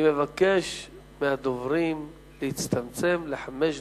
אני מבקש מהדוברים להצטמצם לחמש דקות.